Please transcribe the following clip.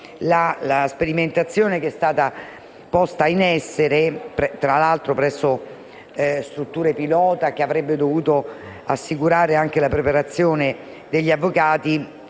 la sperimentazione che è stata posta in essere, tra l'altro presso strutture pilota che avrebbero dovuto assicurare la preparazione degli avvocati,